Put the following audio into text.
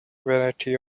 variety